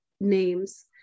names